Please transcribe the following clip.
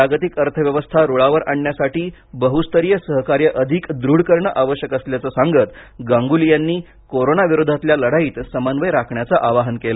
जागतिक अर्थव्यवस्था रुळावर आणण्यासाठी बहुस्तरीय सहकार्य अधिक दृढ करणं आवश्यक असल्याचं सांगत गांगुली यांनी कोरोना विरोधातल्या लढाईत समन्वय राखण्याचं आवाहन केलं